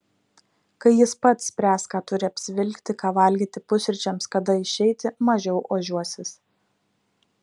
kai jis pats spręs ką turi apsivilkti ką valgyti pusryčiams kada išeiti mažiau ožiuosis